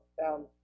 found